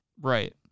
Right